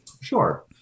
Sure